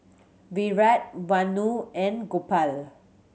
Virat Vanu and Gopal